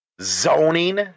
zoning